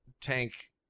tank